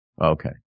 Okay